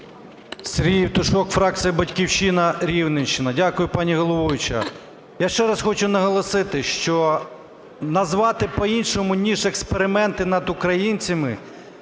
Сергій Євтушок, фракція "Батьківщина", Рівненщина. Дякую, пані головуюча. Я ще раз хочу наголосити, що назвати по-іншому ніж експерименти над українцями